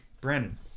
Brandon